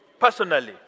personally